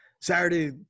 Saturday